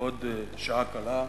בעוד שעה קלה,